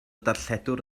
darlledwr